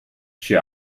she